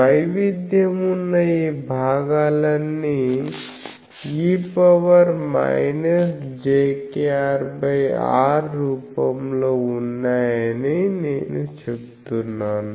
వైవిధ్యం ఉన్న ఈ భాగాలన్నీ e jkrr రూపంలో ఉన్నాయని నేను చెప్తున్నాను